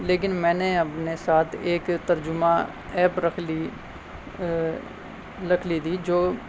لیکن میں نے اپنے ساتھ ایک ترجمہ ایپ رکھ لی رکھ لی تھی جو